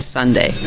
Sunday